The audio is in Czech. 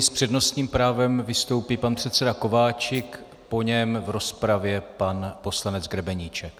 S přednostním právem vystoupí pan předseda Kováčik, po něm v rozpravě pan poslanec Grebeníček.